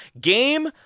Game